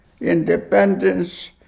independence